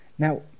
Now